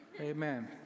Amen